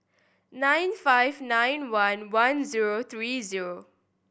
nine five nine one one zero three zero